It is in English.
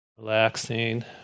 relaxing